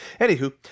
Anywho